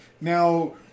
now